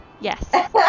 Yes